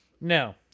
No